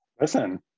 Listen